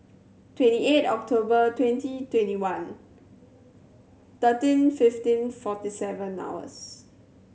twenty eight October twenty twenty one thirteen fifteen forty seven hours